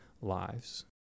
lives